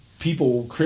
People